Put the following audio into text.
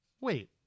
Wait